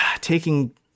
taking